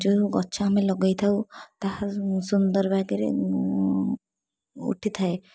ଯେଉଁ ଗଛ ଆମେ ଲଗେଇଥାଉ ତାହା ସୁନ୍ଦର ବାଗରେ ଉଠିଥାଏ